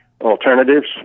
alternatives